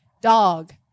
Dog